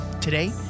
Today